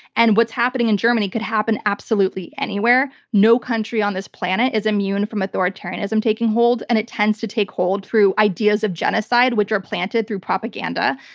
and what's happening in germany could happen absolutely anywhere. no country on this planet is immune from authoritarianism taking hold, and it tends to take hold through ideas of genocide which are planted through propaganda.